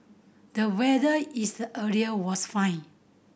the weather is the area was fine